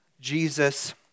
Jesus